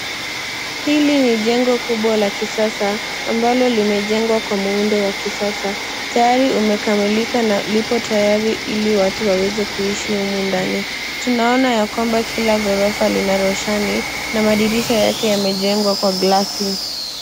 Hili ni jengo kubwa la kisasa ambalo limejengwa kwa muundo wa kisasa tayari umekamilika na upo tayari ili watu waweze kuishi humu ndani tunaona ya kwamba kila ghorofa lina roshani na madirisha yake yamejengwa kwa glasi.